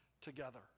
together